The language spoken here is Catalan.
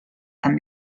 amb